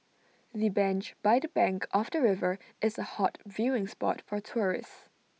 the bench by the bank of the river is A hot viewing spot for tourists